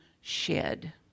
shed